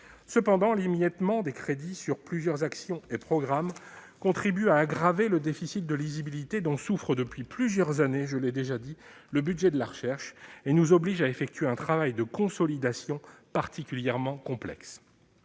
Cependant, l'émiettement des crédits sur plusieurs actions et programmes contribue à aggraver le déficit de lisibilité dont souffre depuis plusieurs années, je le répète, le budget de la recherche, ce qui nous oblige à effectuer un travail de consolidation particulièrement complexe.